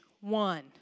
one